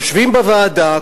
יושבים בוועדה,